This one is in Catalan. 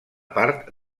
part